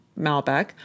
Malbec